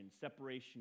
Separation